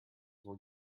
were